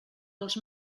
dels